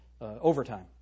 overtime